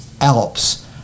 Alps